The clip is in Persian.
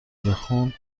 بخون